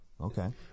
Okay